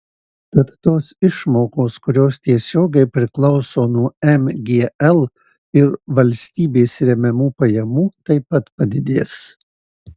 tad tos išmokos kurios tiesiogiai priklauso nuo mgl ir valstybės remiamų pajamų taip pat padidės